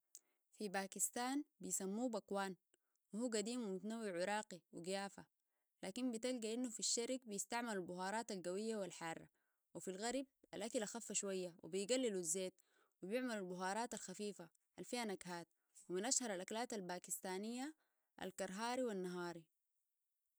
في باكستان بيسموه باكوان وهو قديم ومتنوع راقي وقيافة لكن بتلقى إنه في الشرق بيستعمل البهارات القوية والحارة وفي الغرب الأكل اخفة شوية وبيقللوا الزيت وبيعملوا البهارات الخفيفة الفيها نكهات ومن أشهر الأكلات الباكستانية الكرهاري والنهاري